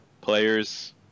players